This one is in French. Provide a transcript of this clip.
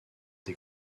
des